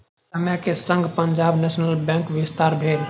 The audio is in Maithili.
समय के संग पंजाब नेशनल बैंकक विस्तार भेल